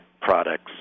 products